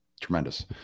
tremendous